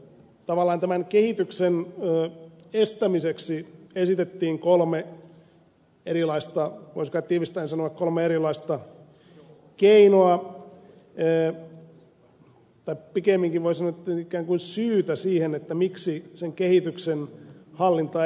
tavallaan tämän kehityksen estämiseksi esitettiin kolme erilaista voisi kai tiivistäen sanoa kolme erilaista keinoa tai pikemminkin voi sanoa että ikään kuin syytä siihen miksi sen kehityksen hallinta ei onnistunut